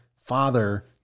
father